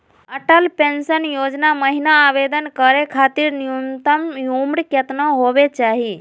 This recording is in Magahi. अटल पेंसन योजना महिना आवेदन करै खातिर न्युनतम उम्र केतना होवे चाही?